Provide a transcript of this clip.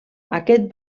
aquest